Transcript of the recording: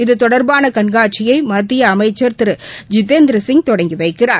இது தொடர்பான கண்காட்சியை மத்திய அமைச்சர் திரு ஜிதேந்திரசிய் தொடங்கி வைக்கிறார்